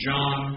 John